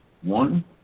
one